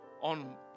on